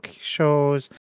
shows